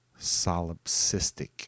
solipsistic